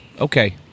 okay